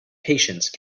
patience